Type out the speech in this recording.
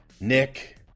Nick